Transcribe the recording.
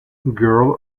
girl